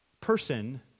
person